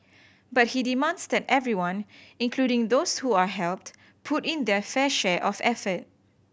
but he demands that everyone including those who are helped put in their fair share of effort